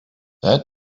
that